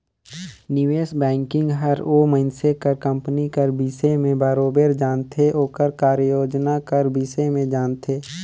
निवेस बैंकिंग हर ओ मइनसे कर कंपनी कर बिसे में बरोबेर जानथे ओकर कारयोजना कर बिसे में जानथे